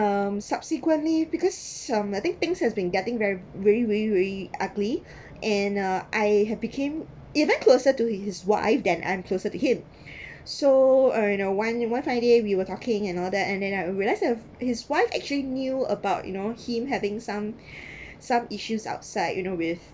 um subsequently because some I think things has been getting very really really ugly and uh I had became even closer to his wife then I am closer to him so I don't know one one fine day we were talking and all that and then I realised his wife actually knew about you know him having some some issues outside you know with